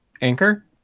Anchor